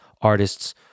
artists